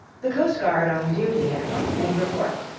the coastguard on duty at once made report,